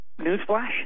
Newsflash